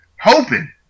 Hoping